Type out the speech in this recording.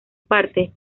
parte